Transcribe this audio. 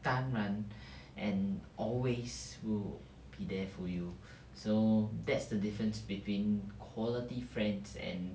当然 and always will be there for you so that's the difference between quality friends and